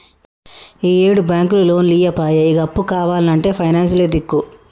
ఈయేడు బాంకులు లోన్లియ్యపాయె, ఇగ అప్పు కావాల్నంటే పైనాన్సులే దిక్కు